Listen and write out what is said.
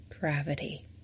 gravity